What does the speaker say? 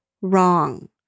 wrong